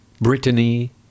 Brittany